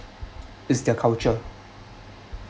is their culture